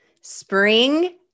Spring